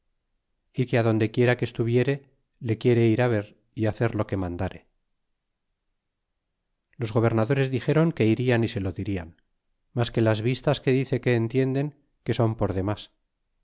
y que adonde quiera que estuviere le quiere ir ver y hacer lo que mandare y los gobernadores dixéron que irian y se lo dirian mas que las vistas que dice que entienden que son por demas